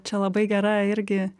čia labai gera irgi